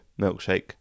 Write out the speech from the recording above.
milkshake